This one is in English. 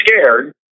scared